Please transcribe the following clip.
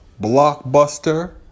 Blockbuster